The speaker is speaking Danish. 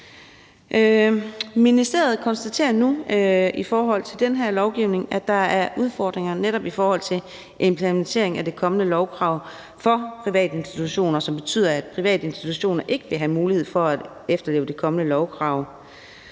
Ministeriet konstaterer nu i forhold til den her lovgivning, at der er udfordringer netop i forhold til implementeringen af det kommende lovkrav for private institutioner, som betyder, at private institutioner ikke vil have mulighed for at efterleve det kommende lovkrav,